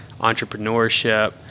entrepreneurship